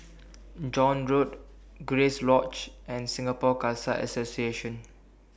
John Road Grace Lodge and Singapore Khalsa Association